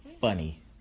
funny